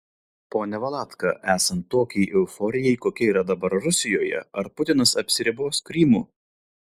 pone valatka esant tokiai euforijai kokia yra dabar rusijoje ar putinas apsiribos krymu